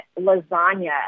lasagna